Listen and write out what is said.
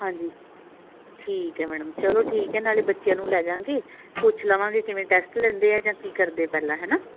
ਹਾਂਜੀ ਠੀਕ ਹੈ ਮੈਡਮ ਚਲੋ ਠੀਕ ਹੈ ਨਾਲੇ ਬੱਚਿਆ ਨੂੰ ਲੈ ਜਾਂਗੇ ਪੁੱਛ ਲਵਾਂਗੇ ਕਿਵੇਂ ਟੈਸਟ ਲੈਂਦੇ ਆ ਜਾਂ ਕੀ ਕਰੇ ਆ ਪਹਿਲਾਂ ਹੈ ਨਾ